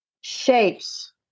shapes